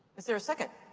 is there a second?